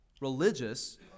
religious